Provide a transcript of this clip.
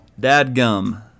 Dadgum